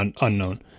unknown